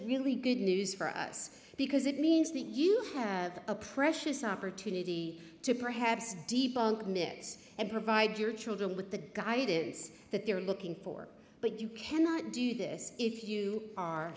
really good news for us because it means that you have a precious opportunity to perhaps debug nets and provide your children with the guidance that they are looking for but you cannot do this if you are